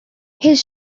his